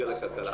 לכלכלה.